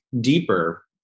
deeper